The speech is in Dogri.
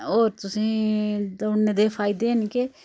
होर तुसेंई दौड़ने दे फायदे न के